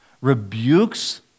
rebukes